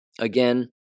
Again